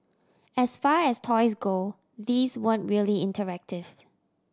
as far as toys go these weren't really interactive